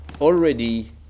already